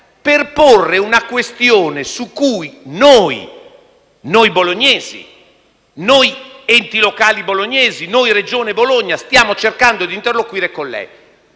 per porre una questione su cui noi - bolognesi, noi enti locali bolognesi, noi Regione Emilia-Romagna - stiamo cercando di interloquire con lei.